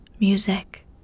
music